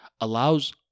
allows